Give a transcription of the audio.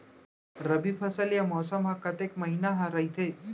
रबि फसल या मौसम हा कतेक महिना हा रहिथे?